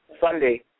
Sunday